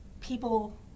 people